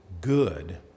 good